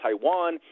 Taiwan